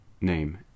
name